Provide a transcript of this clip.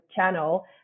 channel